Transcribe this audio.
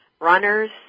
runners